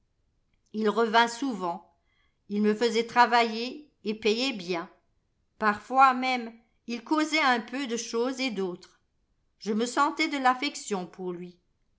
ii revint souvent il me faisait travailler et payait bien parfois même il causait un peu de choses et d'autres je me sentais de l'affection pour lui